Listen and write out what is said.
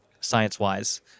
science-wise